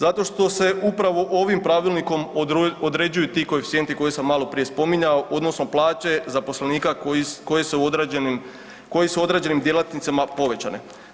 Zato što se upravo ovim pravilnikom određuju ti koeficijenti koje sam maloprije spominjao odnosno plaće zaposlenika koje su određenim djelatnicama povećanje.